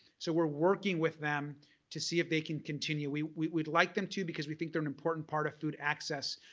so we're working with them to see if they can continue. we we would like them to because we think they're an important part of food access.